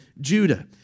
Judah